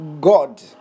God